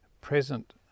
present